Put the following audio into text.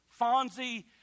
Fonzie